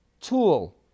tool